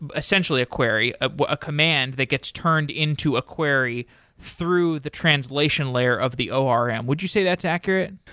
ah essentially a query of a command that gets turned into a query through the translation layer of the orm. um would you say that's accurate?